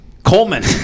coleman